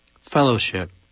fellowship